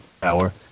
Power